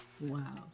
Wow